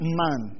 man